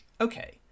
Okay